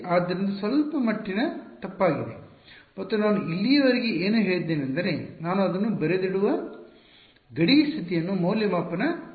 ಆದ್ದರಿಂದ ಸ್ವಲ್ಪಮಟ್ಟಿನ ತಪ್ಪಾಗಿದೆ ಮತ್ತು ನಾನು ಇಲ್ಲಿಯವರೆಗೆ ಏನು ಹೇಳಿದ್ದೇನೆಂದರೆ ನಾನು ಅದನ್ನು ಬರೆದಿರುವ ಗಡಿ ಸ್ಥಿತಿಯನ್ನು ಮೌಲ್ಯಮಾಪನ ಮಾಡುತ್ತೇನೆ